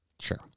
Sure